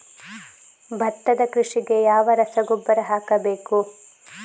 ಭತ್ತದ ಕೃಷಿಗೆ ಯಾವ ರಸಗೊಬ್ಬರ ಹಾಕಬೇಕು?